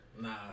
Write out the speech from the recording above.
Nah